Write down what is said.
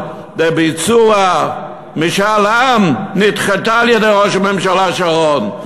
לביצוע משאל עם נדחתה על-ידי ראש הממשלה שרון,